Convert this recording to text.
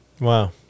Wow